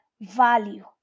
value